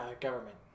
government